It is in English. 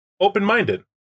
open-minded